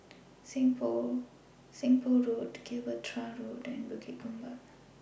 Seng Poh Road Gibraltar Road and Bukit Gombak